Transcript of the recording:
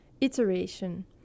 Iteration